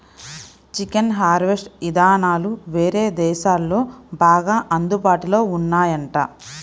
chicken harvest ఇదానాలు వేరే దేశాల్లో బాగా అందుబాటులో ఉన్నాయంట